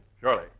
Surely